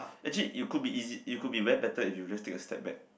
actually you could be easy you could be very better if you just take a step back